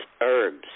herbs